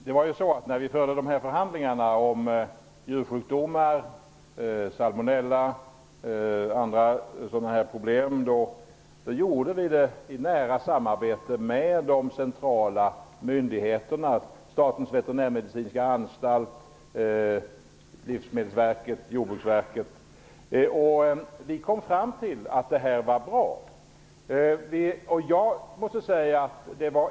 Fru talman! Förhandlingarna om djursjukdomar, salmonella m.fl. problem genomförs i nära samarbete med de centrala myndigheterna - Statens veterinärmedicinska anstalt, Livsmedelsverket och Jordbruksverket. Vi kom fram till att det här var bra.